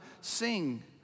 sing